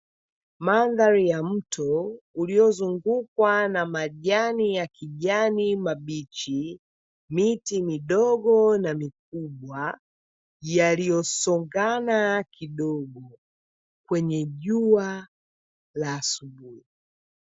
Maandhari ya mto uliozungukwa na majani ya kijani ya kijani mabichi, miti midogo na mikubwa yaliyo songana kidogo kwenye jua la asubuhi.